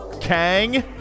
Kang